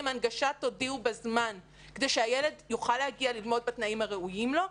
הנגשה שיודיעו בזמן כדי שהילד יוכל להגיע ללמוד בתנאים הראויים לו,